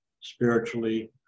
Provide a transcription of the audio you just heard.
spiritually